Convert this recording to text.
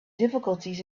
difficulties